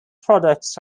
products